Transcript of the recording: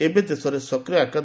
ଏବେ ଦେଶରେ ସକ୍ୟିୟ ଆକ୍